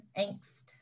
angst